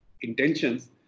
intentions